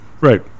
right